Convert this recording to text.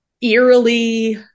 eerily